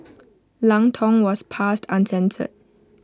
Lang Tong was passed uncensored